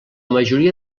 majoria